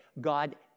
God